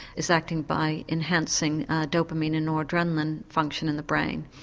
is acting by enhancing a dopamine and noradrenaline function in the brain.